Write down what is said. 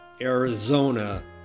Arizona